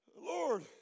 Lord